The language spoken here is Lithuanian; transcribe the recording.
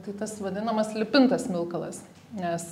tai tas vadinamas lipintas smilkalas nes